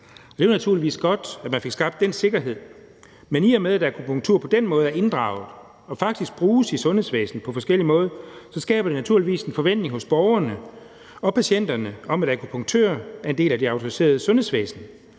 Det er jo naturligvis godt, at man fik skabt den sikkerhed, men i og med at akupunktur på den måde er inddraget og faktisk bruges i sundhedsvæsenet på forskellig måde, skaber det naturligvis en forventning hos borgerne og patienterne om, at akupunktører er en del af det autoriserede sundhedsvæsen.